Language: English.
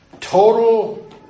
total